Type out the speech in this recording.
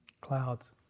Clouds